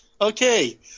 Okay